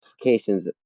applications